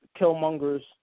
Killmonger's